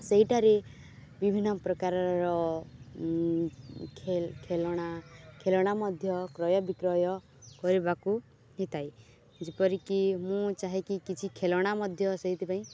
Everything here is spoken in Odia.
ସେଇଠାରେ ବିଭିନ୍ନ ପ୍ରକାରର ଖେଲଣା ଖେଲଣା ମଧ୍ୟ କ୍ରୟ ବିକ୍ରୟ କରିବାକୁ ହୋଇଥାଏ ଯେପରିକି ମୁଁ ଚାହେଁକି କିଛି ଖେଲଣା ମଧ୍ୟ ସେଇଥିପାଇଁ